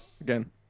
again